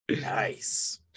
nice